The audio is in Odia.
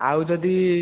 ଆଉ ଯଦି